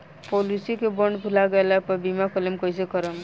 Policy के bond भुला गैला पर बीमा क्लेम कईसे करम?